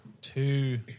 two